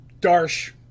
Darsh